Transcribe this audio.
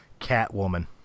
Catwoman